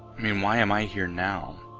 mean why am i here now?